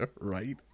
Right